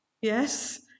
Yes